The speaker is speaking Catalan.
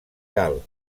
cal